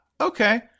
okay